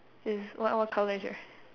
is what what colour is yours